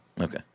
Okay